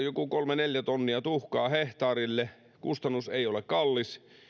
joku kolme neljä tonnia tuhkaa hehtaarille kustannus ei ole kallis